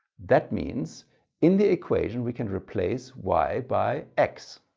that means in the equation we can replace y by x,